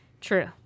True